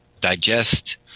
digest